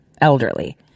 elderly